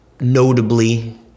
Notably